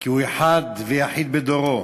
כי הוא אחד ויחיד בדור.